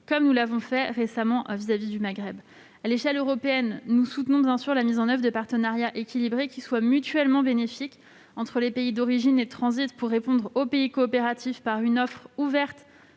comme nous l'avons fait récemment à l'encontre du Maghreb. À l'échelle européenne, nous soutenons la mise en oeuvre de partenariats équilibrés qui soient mutuellement bénéfiques entre les pays d'origine et de transit pour répondre aux pays coopératifs par une offre ouverte